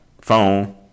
phone